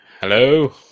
Hello